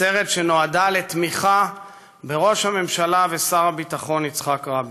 עצרת שנועדה לתמיכה בראש הממשלה ושר הביטחון יצחק רבין.